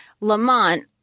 Lamont